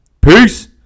Peace